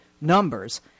numbers